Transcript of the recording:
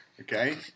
Okay